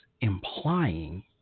implying